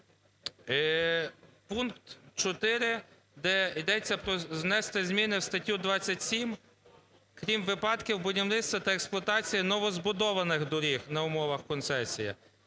пункт 4, де йдеться про "внести зміни в статтю 27, крім випадків будівництва та експлуатації новозбудованих доріг на умовах концесії".